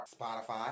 Spotify